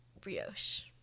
brioche